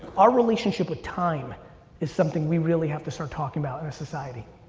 our relationship with time is something we really have to start talking about in our society.